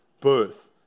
birth